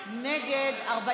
ונגד.